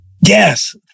Yes